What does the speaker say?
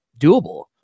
doable